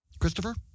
Christopher